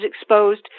exposed